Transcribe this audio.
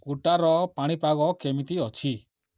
କୋଟାର ପାଣିପାଗ କେମିତି ଅଛି